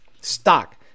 Stock